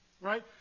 right